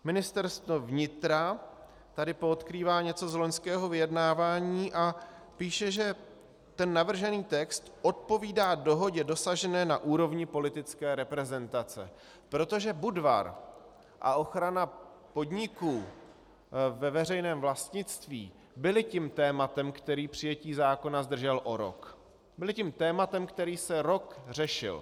Ministerstvo vnitra tady poodkrývá něco z loňského vyjednávání a píše, že navržený text odpovídá dohodě dosažené na úrovni politické reprezentace, protože Budvar a ochrana podniků ve veřejném vlastnictví byly tím tématem, které přijetí zákona zdrželo o rok, byly tím tématem, které se rok řešilo.